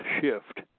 shift